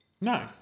No